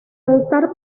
altar